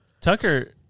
Tucker